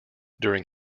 during